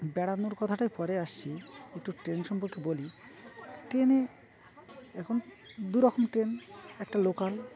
বেড়ানোর কথাটায় পরে আসছি একটু ট্রেন সম্পর্কে বলি ট্রেনে এখন দু রকম ট্রেন একটা লোকাল